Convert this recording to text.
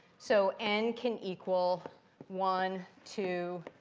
so n can equal one, two,